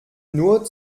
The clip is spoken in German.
nur